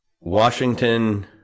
Washington